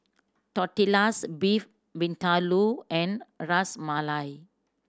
Tortillas Beef Vindaloo and Ras Malai